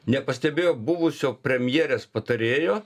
nepastebėjo buvusio premjerės patarėjo